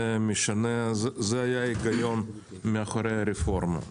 זה היה ההיגיון מאחורי הרפורמה.